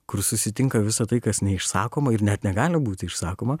kur susitinka visa tai kas neišsakoma ir net negali būti išsakoma